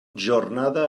jornada